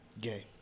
Gay